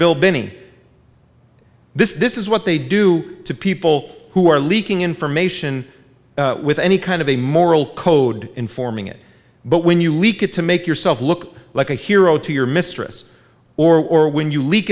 bill binning this is what they do to people who are leaking information with any kind of a moral code informing it but when you leak it to make yourself look like a hero to your mistress or when you lea